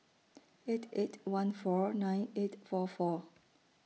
eight eight one four nine eight four four